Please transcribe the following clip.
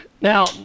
Now